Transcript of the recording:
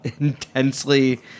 intensely